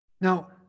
Now